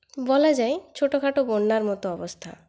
বলা যায় ছোটোখাটো বন্যার মতো অবস্থা